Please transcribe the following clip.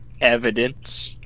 Evidence